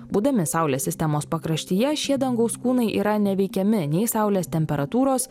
būdami saulės sistemos pakraštyje šie dangaus kūnai yra neveikiami nei saulės temperatūros